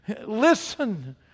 listen